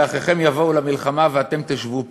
"האחיכם יבאו למלחמה ואתם תשבו פה?"